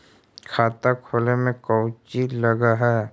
खाता खोले में कौचि लग है?